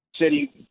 City